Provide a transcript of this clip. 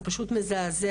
זה פשוט מזעזע.